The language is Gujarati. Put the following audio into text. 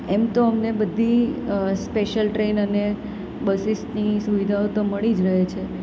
એમ તો અમને બધી સ્પેશ્યલ ટ્રેન અને બસીસની સુવિધાઓ તો મળી જ રહે છે